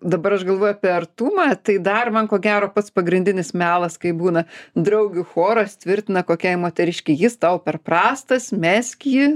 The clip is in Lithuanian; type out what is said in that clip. dabar aš galvoju apie artumą tai dar man ko gero pats pagrindinis melas kai būna draugių choras tvirtina kokiai moteriškei jis tau per prastas mesk jį